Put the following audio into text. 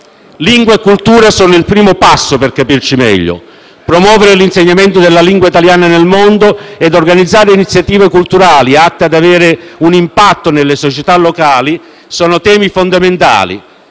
Lingua e cultura sono il primo passo per capirci meglio: promuovere l'insegnamento della lingua italiana nel mondo ed organizzare iniziative culturali atte ad avere un impatto nelle società locali sono temi fondamentali.